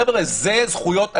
חבר'ה, זה זכויות האזרח.